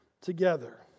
together